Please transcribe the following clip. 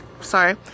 sorry